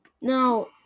Now